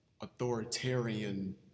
authoritarian